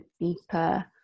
deeper